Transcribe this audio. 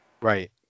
Right